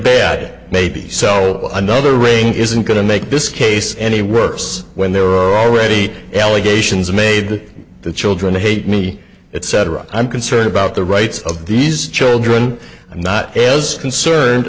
bad maybe sell another ring isn't going to make this case any worse when there were already allegations made the children hate me etc i'm concerned about the rights of these children i'm not as concerned